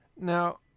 Now